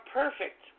perfect